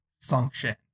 function